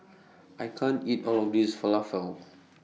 I can't eat All of This Falafel